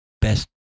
best